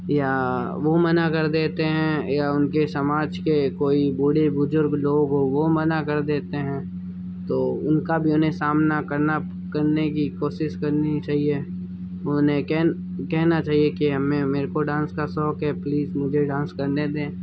या वो मना कर देते हैं या उनके समाज के कोई बूढ़े बुज़ुर्ग लोग हों वो मना कर देते हैं तो उनका भी उन्हें सामना करना करने की कोशिश करनी चाहिए उन्होंने कहन कहना चाहिए कि हमें मेरको डांस का शौक है प्लीज़ मुझे डांस करने दें